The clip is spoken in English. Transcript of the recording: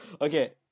Okay